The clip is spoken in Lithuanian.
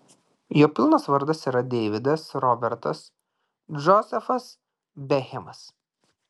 jo pilnas vardas yra deividas robertas džozefas bekhemas